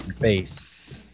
face